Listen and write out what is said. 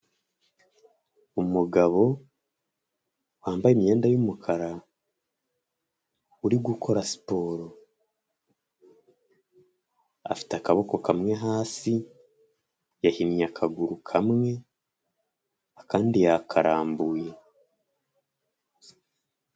Umugabo wambaye imyenda y'umukara uri gukora siporo, afite akaboko kamwe hasi yahinnye akaguru kamwe akandi yakarambuye.